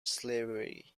slavery